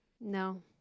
No